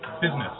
business